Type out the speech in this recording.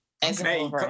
Hey